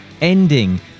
ending